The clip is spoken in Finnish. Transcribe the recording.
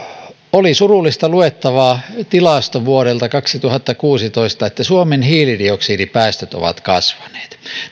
oli surullista luettavaa tilasto vuodelta kaksituhattakuusitoista jonka mukaan suomen hiilidioksidipäästöt ovat kasvaneet